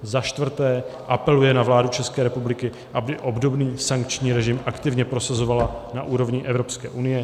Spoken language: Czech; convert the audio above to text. IV. apeluje na vládu České republiky, aby obdobný sankční režim aktivně prosazovala na úrovni Evropské unie;